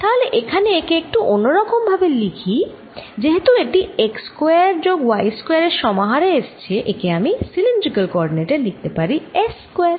তাহলে এখানে একে একটু অন্য রকম ভাবে লিখে যেহেতু এটি x স্কয়ার যোগ y স্কয়ার এর সমাহার এ এসছে একে আমি সিলিন্ড্রিকাল কোঅরডিনেটে লিখতে পারি s স্কয়ার